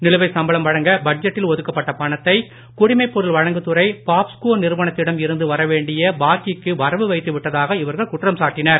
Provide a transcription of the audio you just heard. நிலுவை சம்பளம் வழங்க பட்ஜெட்டில் ஒதுக்கப்பட்ட பணத்தை குடிமைப் பொருள் வழங்குதுறை பாப்ஸ்கோ நிறுவனத்திடம் இருந்து வரவேண்டிய பாக்கிக்கு வரவு வைத்து விட்டதாக இவர்கள் குற்றம் சாட்டினர்